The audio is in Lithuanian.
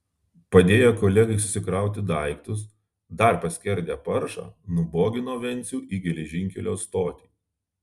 padėję kolegai susikrauti daiktus dar paskerdę paršą nubogino vencių į geležinkelio stotį